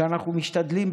שאנחנו משתדלים,